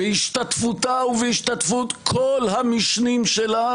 בהשתתפותה ובהשתתפות כל המשנים שלה,